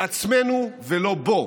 בעצמנו, ולא בו,